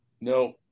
no